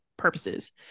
purposes